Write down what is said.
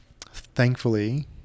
thankfully